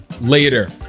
later